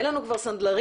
אין לנו כבר סנדלרים,